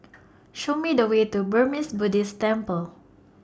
Show Me The Way to Burmese Buddhist Temple